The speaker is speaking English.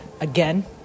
again